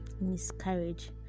miscarriage